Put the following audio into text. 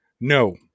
No